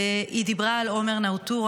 והיא דיברה על עומר נאוטרה,